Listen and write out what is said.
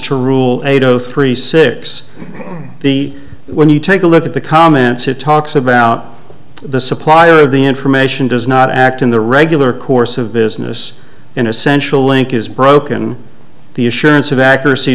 to rule eight zero three six b when you take a look at the comments it talks about the supplier of the information does not act in the regular course of business an essential link is broken the assurance of accuracy